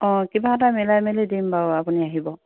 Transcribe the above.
অঁ কিবা এটা মিলাই মিলি দিম বাৰু আপুনি আহিব